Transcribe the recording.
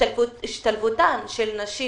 השתלבותן של נשים